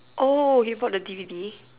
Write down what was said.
oh you bought the D_V_D